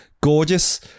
Gorgeous